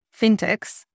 fintechs